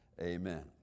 amen